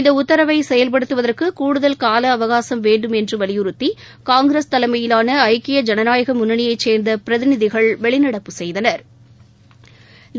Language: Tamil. இந்த உத்தரவை செயல்படுத்துவதற்கு கூடுதல் கால அவகாசம் வேண்டும் என்று வலியுறுத்தி காங்கிரஸ் தலைமையிலான ஐக்கிய ஜனநாயக முன்னணியைச் சேர்ந்த பிரதிநிதிகள் வெளிநடப்பு செய்தனா்